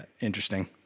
interesting